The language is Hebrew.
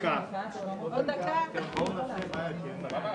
אם זו ההחלטה הקואליציה תשמח להיות חלק מזה.